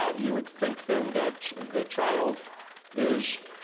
you would think then that the child is